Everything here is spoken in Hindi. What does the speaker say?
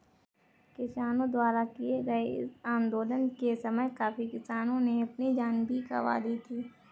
किसानों द्वारा किए गए इस आंदोलन के समय काफी किसानों ने अपनी जान भी गंवा दी थी